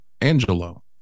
angelo